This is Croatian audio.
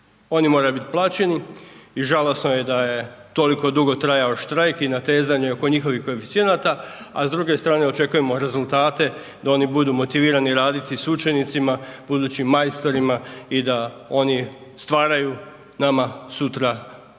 oni moraju biti plaćeni. I žalosno je da je toliko dugo trajao štrajk i natezanje oko njihovih koeficijenata, a s druge strane očekujemo rezultate da oni budu motivirani i raditi s učenicima, budućim majstorima i da oni stvaraju nama sutra obrtnike